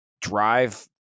drive